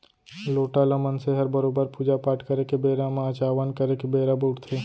लोटा ल मनसे हर बरोबर पूजा पाट करे के बेरा म अचावन करे के बेरा बउरथे